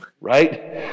Right